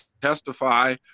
testify